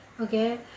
Okay